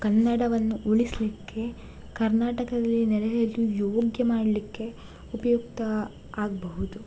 ಕನ್ನಡವನ್ನು ಉಳಿಸಲಿಕ್ಕೆ ಕರ್ನಾಟಕದಲ್ಲಿ ನೆಲೆಸಲು ಯೋಗ್ಯ ಮಾಡಲಿಕ್ಕೆ ಉಪಯುಕ್ತ ಆಗಬಹುದು